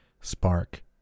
spark